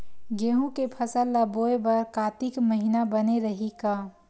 गेहूं के फसल ल बोय बर कातिक महिना बने रहि का?